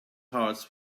hearts